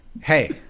hey